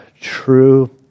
true